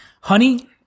Honey